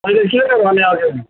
मैले के के भनेको ल्याउनु